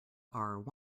are